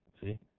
See